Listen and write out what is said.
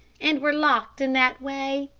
and were locked in that way.